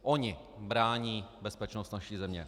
Oni brání bezpečnost naší země.